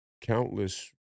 countless